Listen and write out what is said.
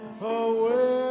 away